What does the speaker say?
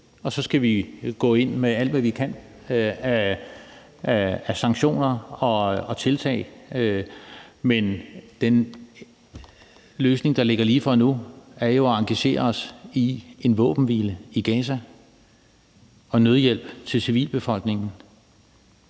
og så skal vi gå ind med alt, hvad vi kan, af sanktioner og tiltag. Men den løsning, der ligger lige for nu, er jo at engagere os i en våbenhvile i Gaza og i at sende nødhjælp til civilbefolkningen,